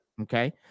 Okay